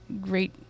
great